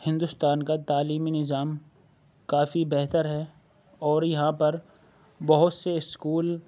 ہندوستان کا تعلیمی نظام کافی بہتر ہے اور یہاں پر بہت سے اسکول